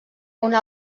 una